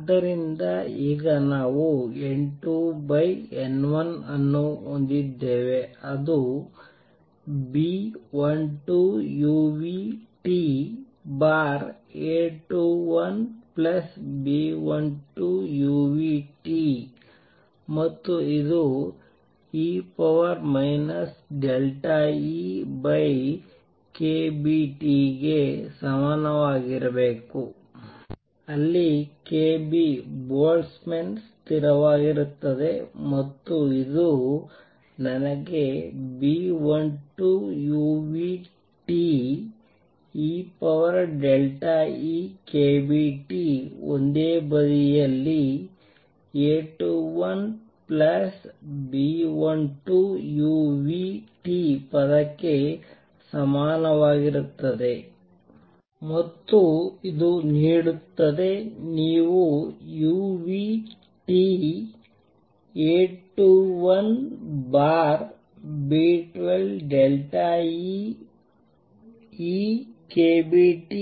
ಆದ್ದರಿಂದ ಈಗ ನಾವು N2N1 ಅನ್ನು ಹೊಂದಿದ್ದೇವೆ ಅದು B12uTA21B12uT ಮತ್ತು ಇದುe EkBT ಗೆ ಸಮನಾಗಿರಬೇಕು ಅಲ್ಲಿ kB ಬೋಲ್ಟ್ಜ್ಮನ್ ಸ್ಥಿರವಾಗಿರುತ್ತದೆ ಮತ್ತು ಇದು ನನಗೆ B12uT eEkBT ಒಂದೇ ಬದಿಯಲ್ಲಿ A21B12uT ಪದಕ್ಕೆ ಸಮಾನವಾಗಿರುತ್ತದೆ ಮತ್ತು ಇದು ನೀಡುತ್ತದೆ ನೀವು uT A21B12eEkBT